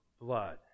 blood